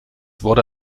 wurde